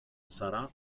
sarà